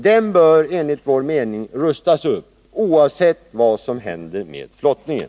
Den bör enligt vår mening rustas upp, oavsett vad som händer med flottningen.